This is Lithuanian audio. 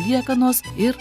liekanos ir